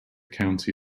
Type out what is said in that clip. county